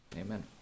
Amen